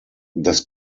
das